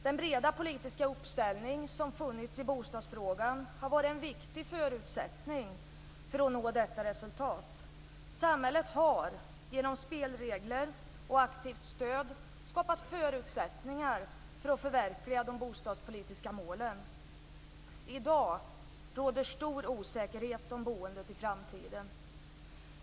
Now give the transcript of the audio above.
Den breda politiska uppställning som funnits i bostadsfrågan har varit en viktig förutsättning för att nå detta resultat. Samhället har genom spelregler och aktivt stöd skapat förutsättningar för att förverkliga de bostadspolitiska målen. I dag råder stor osäkerhet om boendet i framtiden.